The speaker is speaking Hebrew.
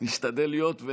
לפי מדד מאיר כהן,